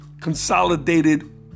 consolidated